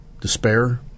despair